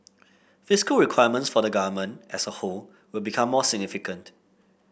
fiscal requirements for the Government as a whole will become more significant